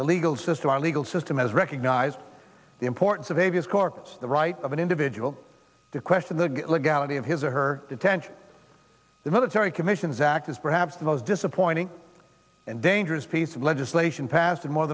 the legal system our legal system has recognized the importance of a v s corpus the right of an individual to question the legality of his or her detention the military commissions act is perhaps the most disappointing and dangerous piece of legislation passed in more